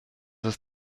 ist